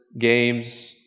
games